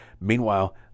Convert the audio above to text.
Meanwhile